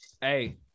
Hey